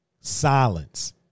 silence